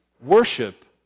worship